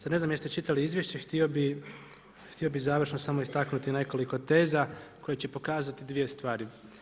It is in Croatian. Sad ne znam jeste čitali izvješće, htio bi završno samo istaknuti nekoliko teza, koji će pokazati 2 stvari.